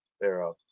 thereof